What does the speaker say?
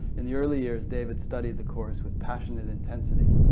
in the early years david studied the course with passionate intensity,